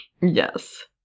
Yes